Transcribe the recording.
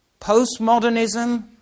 postmodernism